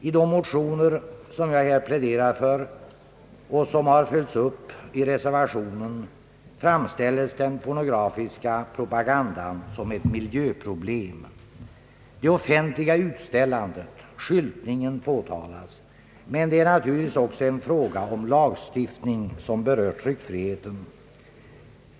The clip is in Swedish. I de motioner som jag här pläderar för och som följts upp i reservationen framställes den pornografiska propagandan som ett miljöproblem. Det offentliga utställandet, skyltningen, påtalas. Men det är naturligtvis också en fråga om lagstiftning som berör tryckfriheten.